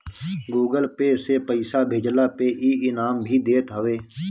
Google Pay से पईसा भेजला पे इ इनाम भी देत हवे